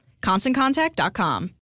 ConstantContact.com